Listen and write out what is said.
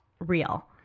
real